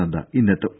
Nadda ഇന്നെത്തും